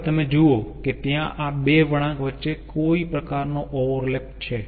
હવે તમે જુઓ કે ત્યાં આ બે વળાંક વચ્ચે કોઈ પ્રકારનો ઓવરલેપ છે